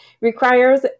requires